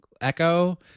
Echo